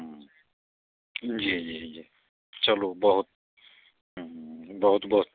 हँ जी जी जी चलूँ बहुत बहुत बहुत